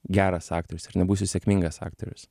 geras aktorius ir nebūsiu sėkmingas aktorius